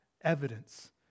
evidence